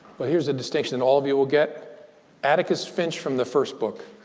well, here's a distinction and all of you will get atticus finch from the first book